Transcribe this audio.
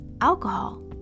Alcohol